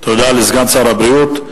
תודה לסגן שר הבריאות.